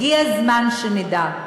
הגיע הזמן שנדע: